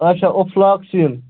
اچھا اوٚفلاکسِن